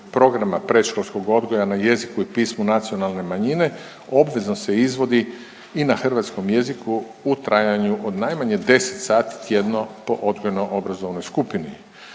programa predškolskog odgoja na jeziku i pismu nacionalne manjine obvezno se izvodi i na hrvatskom jeziku u trajanju od najmanje 10 sati tjedno po odgojno obrazovnoj skupini.